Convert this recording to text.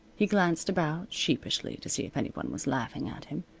he glanced about, sheepishly, to see if any one was laughing at him,